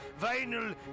vinyl